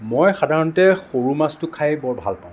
মই সাধাৰণতে সৰু মাছটো খাই বৰ ভালপাওঁ